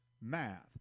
math